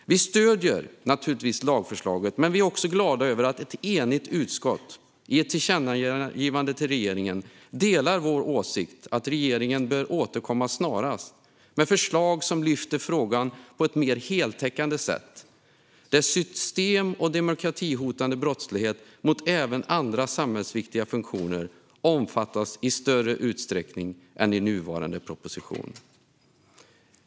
Vi stöder naturligtvis lagförslaget. Vi är också glada över att ett enigt utskott i ett tillkännagivande till regeringen delar vår åsikt att regeringen snarast bör återkomma med förslag som tar upp frågan på ett mer heltäckande sätt, där system och demokratihotande brottslighet även mot andra samhällsviktiga funktioner omfattas i större utsträckning än i nuvarande proposition.